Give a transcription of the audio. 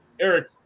Eric